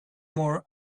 more